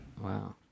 wow